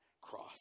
cross